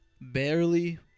Barely